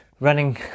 running